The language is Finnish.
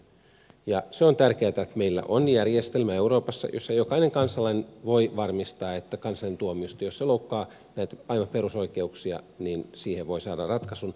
ja se on tärkeätä että meillä on järjestelmä euroopassa jossa jokainen kansalainen voi varmistaa että jos kansallinen tuomioistuin loukkaa näitä aivan perusoikeuksia niin siihen voi saada ratkaisun maan ulkopuoliselta tuomioistuimelta